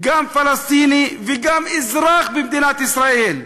גם פלסטיני וגם אזרח במדינת ישראל,